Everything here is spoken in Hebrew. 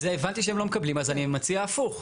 את זה הבנתי שהם לא מקבלים, אז אני מציע הפוך.